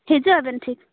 ᱦᱤᱡᱩᱜ ᱟᱵᱮᱱ ᱴᱷᱤᱠ